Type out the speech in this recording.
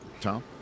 Tom